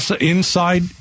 inside